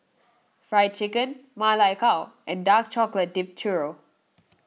Fried Chicken Ma Lai Gao and Dark Chocolate Dipped Churro